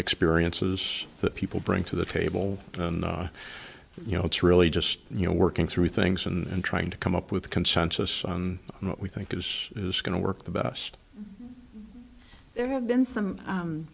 experiences that people bring to the table and you know it's really just you know working through things and trying to come up with consensus on what we think is is going to work the best there have been